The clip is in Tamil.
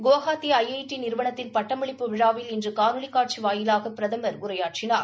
குவாஹாத்தி ஐ ஐ டி நிறுவனத்தின் பட்டமளிப்பு விழாவில் இன்று காணொலி காட்சி வாயிலாக பிரதமர் உரையாற்றினார்